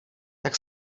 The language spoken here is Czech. tak